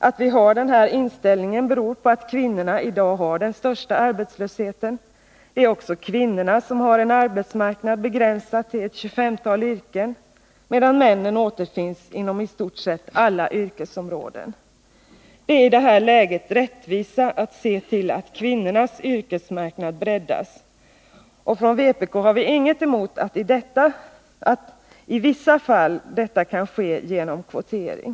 Att vi har den här inställningen beror på att kvinnorna i dag har den största arbetslösheten. Det är också kvinnorna som har en arbetsmarknad som är begränsad till ett 25-tal yrken, medan männen återfinns inom i stort sett alla yrkesområden. Rättvisa är i det här läget att se till att kvinnornas yrkesmarknad breddas, och från vpk:s sida har vi inget emot att detta i vissa fall kan ske genom kvotering.